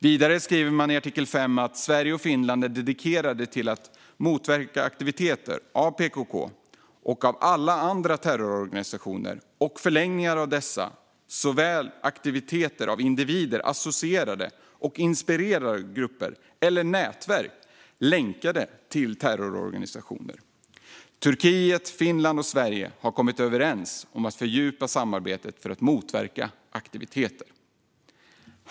Vidare skrivs det att Finland och Sverige är dedikerade till att motverka aktiviteter av PKK och alla andra terrororganisationer och förlängningar av dessa, såväl som aktiviteter av individer associerade med och inspirerade av grupper eller nätverk länkade till terroristorganisationer. Turkiet, Finland och Sverige har kommit överens om att fördjupa samarbetet för att motverka sådana aktiviteter.